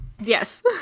Yes